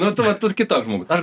nu tu vat tu kitoks žmogus aš